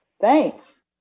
Thanks